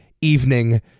evening